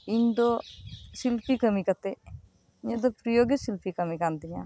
ᱤᱧ ᱫᱚ ᱥᱤᱞᱯᱤ ᱠᱟᱹᱢᱤ ᱠᱟᱛᱮ ᱤᱧᱟᱜ ᱫᱚ ᱯᱨᱤᱭᱚ ᱜᱮ ᱥᱤᱞᱯᱤ ᱠᱟᱢᱤ ᱠᱟᱱ ᱛᱤᱧᱟ